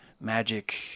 magic